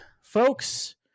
folks